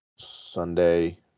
Sunday